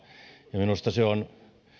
ja minusta se on